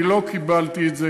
אני לא קיבלתי את זה,